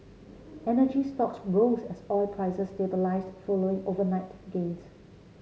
energy stocks rose as oil prices stabilised following overnight gains